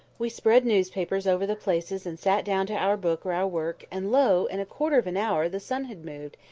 we spread newspapers over the places and sat down to our book or our work and, lo! in a quarter of an hour the sun had moved,